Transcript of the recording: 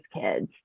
kids